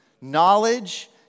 Knowledge